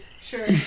Sure